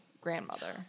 grandmother